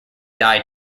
die